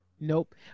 Nope